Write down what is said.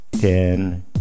Ten